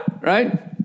Right